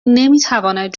نمیتواند